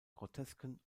grotesken